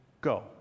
go